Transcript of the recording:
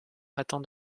attend